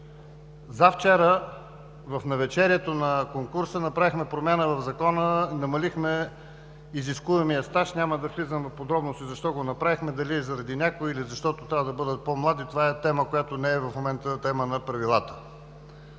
Завчера, в навечерието на конкурса, направихме промяна в Закона – намалихме изискуемия се стаж, няма да влизам в подробности защо го направихме, дали е заради някой, или защото трябва да бъдат по-млади, това е тема, която в момента не е тема на Правилата.